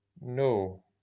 No